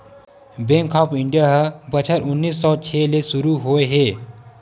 bank of India ह बछर उन्नीस सौ छै ले सुरू होए हे